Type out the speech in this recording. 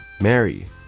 Mary